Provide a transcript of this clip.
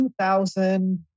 2000